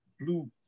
blue